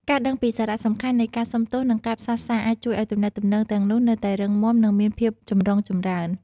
ការដឹងពីសារៈសំខាន់នៃការសុំទោស និងការផ្សះផ្សា អាចជួយឱ្យទំនាក់ទំនងទាំងនោះនៅតែរឹងមាំ និងមានភាពចម្រុងចម្រើន។